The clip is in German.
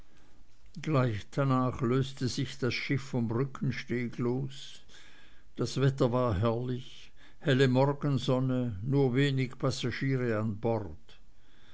gleich danach löste sich das schiff vom brückensteg los das wetter war herrlich helle morgensonne nur wenig passagiere an bord